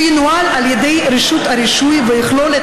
שינוהל על ידי רשות הרישוי ויכלול את